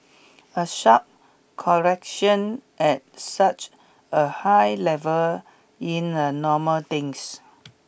a sharp correction at such a high level in a normal things